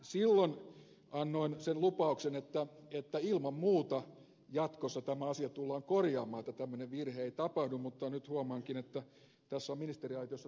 silloin annoin sen lupauksen että ilman muuta jatkossa tämä asia tullaan korjaamaan että tämmöinen virhe ei tapahdu mutta nyt huomaankin että tässä ovat ministeriaitiossa tuolit vaihtuneet